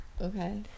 okay